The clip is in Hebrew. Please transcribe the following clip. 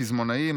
פזמונאי,